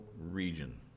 region